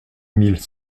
mille